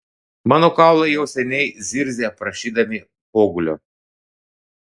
mano kaulai jau seniai zirzia prašydami pogulio